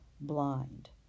blind